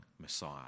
Messiah